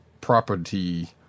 property